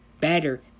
better